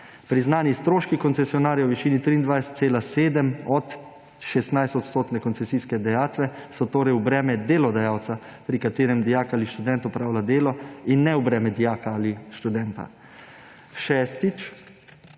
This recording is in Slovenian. Priznani stroški koncesionarja v višini 23,7 % od 16-odstotne koncesijske dajatve so torej v breme delodajalca, pri katerem dijak ali študent opravlja delo, in ne v breme dijaka ali študenta. Šesto